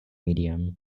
medium